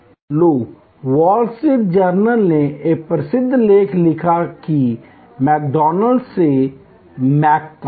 तो Wall Street Journal ने एक प्रसिद्ध लेख लिखा कि मैकडॉनल्ड्स से मैक तक